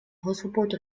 hausverbot